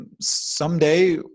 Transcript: someday